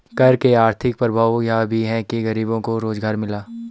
कर के आर्थिक प्रभाव यह भी है कि गरीबों को रोजगार मिला